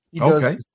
Okay